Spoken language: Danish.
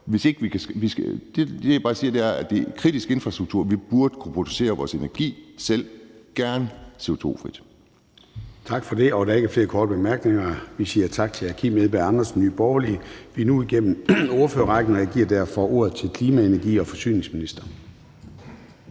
os. Det, jeg bare siger, er, at det er kritisk infrastruktur. Vi burde kunne producere vores energi selv, gerne CO2-frit. Kl. 20:54 Formanden (Søren Gade): Tak for det. Og der er ikke flere korte bemærkninger. Vi siger tak til hr. Kim Edberg Andersen, Nye Borgerlige. Vi er nu igennem ordførerrækken, og jeg giver derfor ordet til klima-, energi- og forsyningsministeren.